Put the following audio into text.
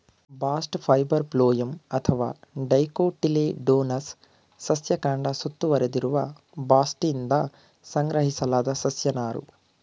bast fibre phloem ಅಥವಾ dicotyledonous ಸಸ್ಯ ಕಾಂಡ ಸುತ್ತುವರೆದಿರುವ ಬಾಸ್ಟ್ನಿಂದ ಸಂಗ್ರಹಿಸಲಾದ ಸಸ್ಯ ನಾರು